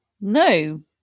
No